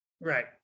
Right